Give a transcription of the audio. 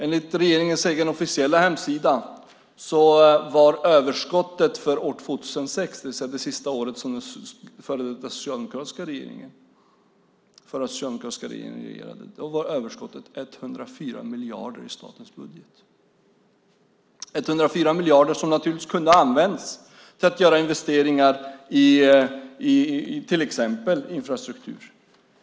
Enligt regeringens egen officiella hemsida var överskottet för år 2006, det vill säga det sista året som den förra socialdemokratiska regeringen regerade, 104 miljarder i statens budget. Det var 104 miljarder som kunde ha använts till att göra investeringar i till exempel infrastruktur.